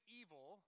evil